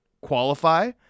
qualify